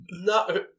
no